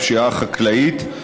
הפשיעה החקלאית,